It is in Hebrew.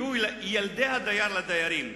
יהיו ילדי הדייר לדיירים,